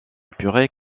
purée